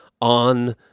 on